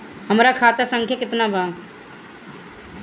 हमरा खाता संख्या केतना बा?